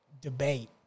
debate